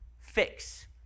fix